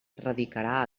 radicarà